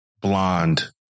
Blonde